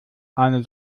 eine